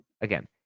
Again